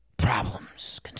Problems